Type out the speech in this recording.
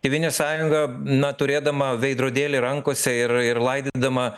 tėvynės sąjunga na turėdama veidrodėlį rankose ir ir laidydama